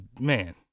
man